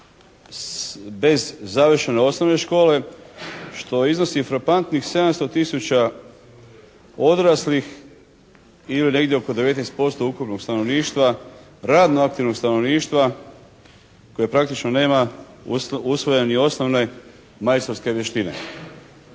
bez završene osnovne škole što iznosi frapantnih 700 tisuća odraslih ili negdje oko 19% ukupnog stanovništva, radno-aktivnog stanovništva koje praktično nema usvojene ni osnovne majstorske vještine.